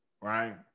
right